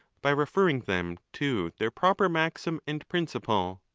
by referring them to their proper maxim and prin ciple.